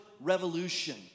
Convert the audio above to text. revolution